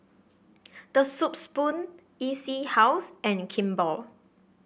The Soup Spoon E C House and Kimball